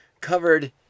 covered